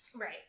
Right